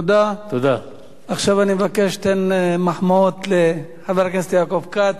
עכשיו אני מבקש שתיתן מחמאות לחבר הכנסת יעקב כץ.